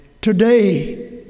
today